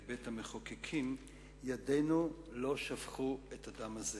כבית-המחוקקים: ידינו לא שפכו את הדם הזה.